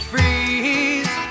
Freeze